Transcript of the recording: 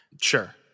Sure